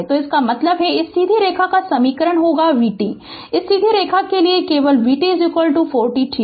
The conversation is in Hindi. तो इसका मतलब है कि इस सीधी रेखा का समीकरण होगा v t इस सीधी रेखा के लिए केवल v t 4 t ठीक